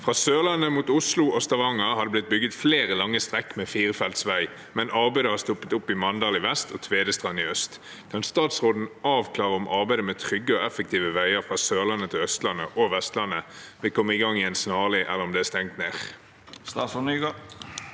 Fra Sørlandet mot Oslo og Stavanger har det blitt bygget flere lange strekk med firefelts vei, men arbeidet har stoppet opp i Mandal i vest og Tvedestrand i øst. Kan statsråden avklare om arbeidet med trygge og effektive veier fra Sørlandet til Østlandet og Vestlandet vil komme i gang igjen snarlig, eller om det er stengt ned?»